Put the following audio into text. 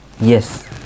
Yes